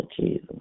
Jesus